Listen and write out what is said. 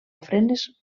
ofrenes